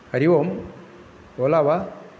हरि ओम् ओला वा